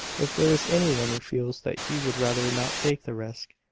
if there is any one who feels that he would rather not take the risk,